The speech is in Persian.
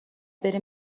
بریم